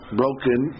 broken